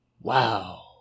Wow